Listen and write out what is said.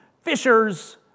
fishers